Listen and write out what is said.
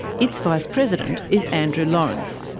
its vice president is andrew lawrence.